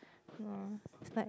oh it's like